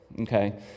okay